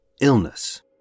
Illness